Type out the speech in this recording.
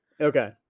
Okay